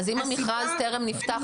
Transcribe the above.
אז אם המכרז טרם נפתח,